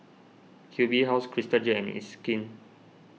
Q B House Crystal Jade and It's Skin